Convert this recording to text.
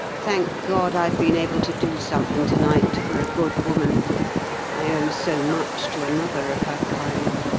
thank god, i've been able to do something to-night for a good woman i owe so much to another of her kind.